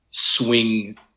swing